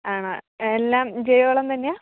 ആണോ എല്ലാം ജൈവവളം തന്നെയാ